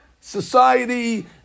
Society